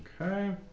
Okay